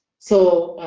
so